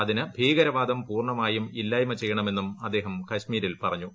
അതിന് ഭീകരവാദം പൂർണ്ണമായും ഇല്ലായ്മ ചെയ്യണമെന്നും അദ്ദേഹം കശ്മീരിൽ പറഞ്ഞു